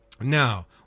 Now